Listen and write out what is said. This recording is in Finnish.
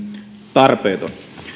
tarpeeton